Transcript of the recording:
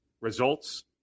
Results